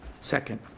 Second